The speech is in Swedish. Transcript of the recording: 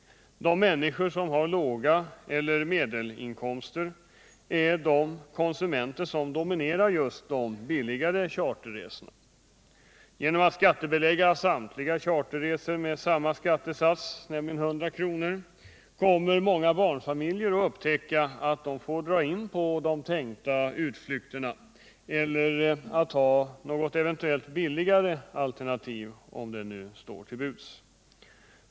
De människor som har låga inkomster eller medelinkomster är de konsumenter som dominerar just de billigare charterresorna. Genom att man skattebelägger samtliga charterresor med samma skattebelopp, nämligen 100 kr., kommer många barnfamiljer att upptäcka att de får dra in på de tänkta utflykterna eller ta något eventuellt billigare alternativ, om det nu står till buds.